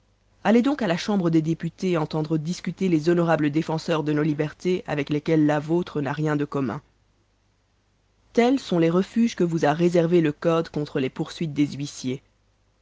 allez donc à la chambre des députés entendre discuter les honorables défenseurs de nos libertés avec lesquelles la vôtre n'a rien de commun tels sont les refuges que vous a réservés le code contre les poursuites des huissiers